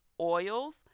oils